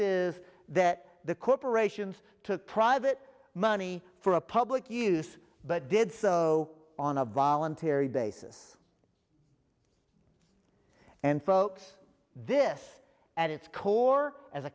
s that the corporations to private money for a public use but did so on a voluntary basis and folks this at its core as a